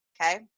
Okay